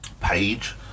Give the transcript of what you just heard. page